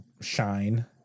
shine